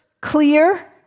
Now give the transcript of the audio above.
clear